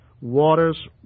waters